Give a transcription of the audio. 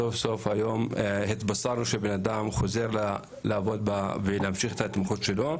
סוף סוף היום התבשרנו שהוא חוזר לעבוד ולהמשיך את ההתמחות שלו.